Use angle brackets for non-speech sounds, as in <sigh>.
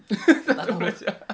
<laughs>